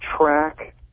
track